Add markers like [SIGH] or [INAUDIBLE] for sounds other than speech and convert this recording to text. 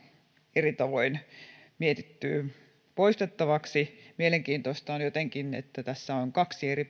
eri tavoin mietitty poistettavaksi mielenkiintoista on jotenkin että tässä on kaksi eri [UNINTELLIGIBLE]